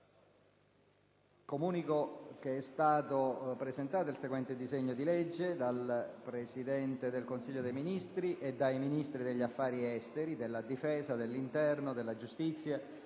Comunico che è stato presentato il seguente disegno di legge: *dal Presidente del Consiglio dei ministri e dai Ministri degli affari esteri, della difesa, dell'interno, della giustizia